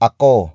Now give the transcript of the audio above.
Ako